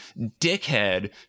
dickhead